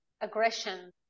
aggression